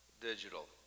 digital